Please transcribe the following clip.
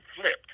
flipped